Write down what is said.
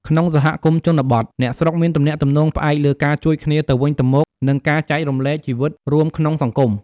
ក្នុងសហគមន៍ជនបទ អ្នកស្រុកមានទំនាក់ទំនងផ្អែកលើការជួយគ្នាទៅវិញទៅមក និងការចែករំលែកជីវិតរួមក្នុងសង្គម។